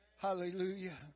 Hallelujah